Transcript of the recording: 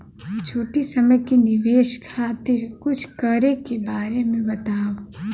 छोटी समय के निवेश खातिर कुछ करे के बारे मे बताव?